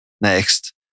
next